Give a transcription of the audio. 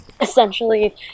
essentially